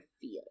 feel